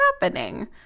happening